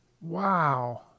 wow